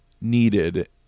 needed